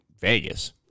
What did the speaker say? Vegas